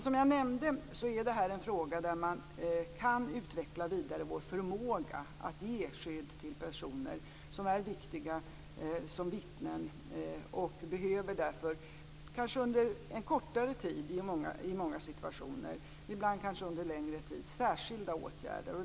Som jag nämnde är detta en fråga där vi ytterligare kan utveckla vår förmåga att skydda personer som är viktiga som vittnen. De behöver i många situationer under en kortare tid men ibland kanske under längre tid särskilda åtgärder.